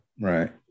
Right